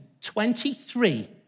23